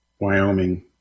Wyoming